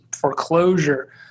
foreclosure